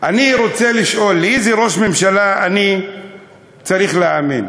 אני רוצה לשאול לאיזה ראש ממשלה אני צריך להאמין.